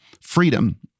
freedom